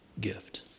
gift